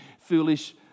foolish